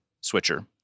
switcher